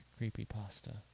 creepypasta